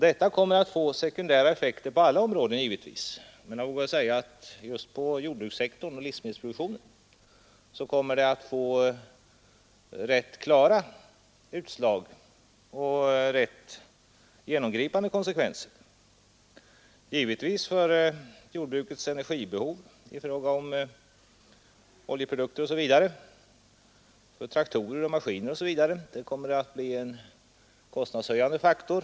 Detta kommer givetvis att få sekundära effekter på alla områden, men jag vågar säga att det just inom jordbrukssektorn och inom livsmedelsproduktionen kommer att få rätt klara och genomgripande konsekvenser. Jordbrukets behov av energi från oljeprodukter för traktorer, maskiner osv. kommer att bli en kostnadshöjande faktor.